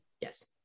Yes